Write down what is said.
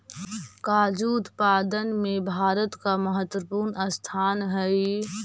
काजू उत्पादन में भारत का महत्वपूर्ण स्थान हई